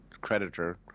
creditor